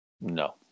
No